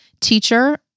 teacher